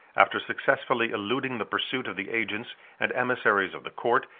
after successfully eluding the pursuit of the agents and emissaries of the court,